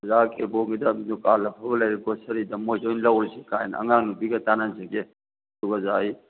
ꯑꯣꯖꯥ ꯀꯦꯕꯣꯞꯀꯤ ꯃꯆꯥ ꯅꯨꯄꯤꯁꯨ ꯗꯨꯀꯥꯟ ꯑꯐꯕ ꯂꯩꯔꯦ ꯒ꯭ꯔꯣꯁꯦꯔꯤꯗ ꯃꯣꯏꯁꯤ ꯑꯣꯏꯅ ꯂꯧꯔꯁꯤ ꯀꯥꯏꯅ ꯑꯉꯥꯡ ꯅꯨꯕꯤꯒ ꯇꯥꯟꯅꯍꯟꯖꯒꯦ ꯑꯗꯨꯒ ꯑꯣꯖꯥ ꯑꯩ